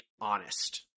honest